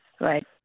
right